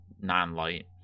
non-light